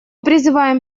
призываем